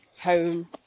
home